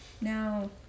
Now